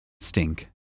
Stink